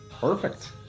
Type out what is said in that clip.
Perfect